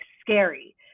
scary